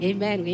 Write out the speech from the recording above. Amen